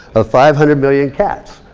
ah five hundred million cats.